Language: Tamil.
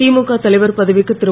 திமுக தலைவர் பதவிக்கு திரு